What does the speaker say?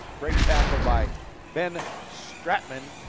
great tackle by ben straatmann,